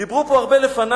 דיברו פה הרבה לפני